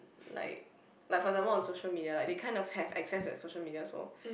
like like for example on social media like they kind of have access to that social media so